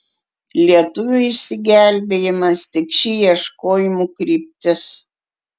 lietuvių išsigelbėjimas tik ši ieškojimų kryptis